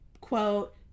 quote